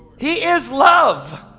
he is love.